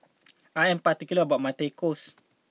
I am particular about my Tacos